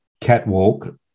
catwalk